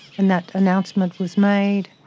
and that announcement was made,